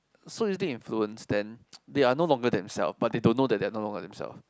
so easily influence then they are no longer themselves but they don't know that they are no longer themselves